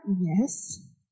Yes